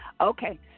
Okay